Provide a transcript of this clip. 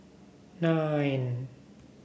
nine